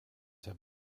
have